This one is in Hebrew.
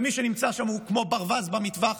ומי שנמצא שם הוא כמו ברווז במטווח,